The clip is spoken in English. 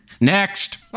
Next